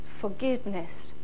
forgiveness